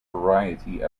variety